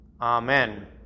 Amen